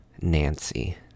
nancy